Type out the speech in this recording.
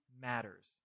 matters